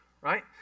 right